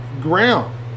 ground